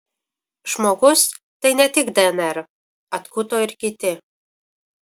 žmogus tai ne tik dnr atkuto ir kiti